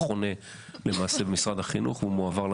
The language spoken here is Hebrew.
התקציב חונה במשרד החינוך ומועבר למשטרה,